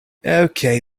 okay